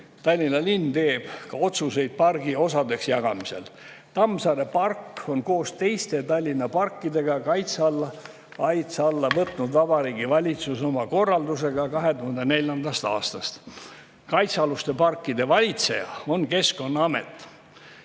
Tallinna linn teeb ka otsuseid pargi osadeks jagamisel. Tammsaare park on koos teiste Tallinna parkidega kaitse alla võtnud Vabariigi Valitsus oma korraldusega 2004. aastast. Kaitsealuste parkide valitseja on Keskkonnaamet.